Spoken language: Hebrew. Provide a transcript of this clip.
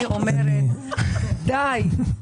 אני אומרת: די,